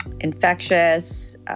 infectious